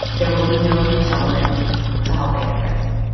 there will be no huge settlement to help pay the price